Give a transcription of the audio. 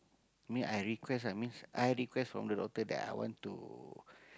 mean I request ah means I request from the doctor that I want to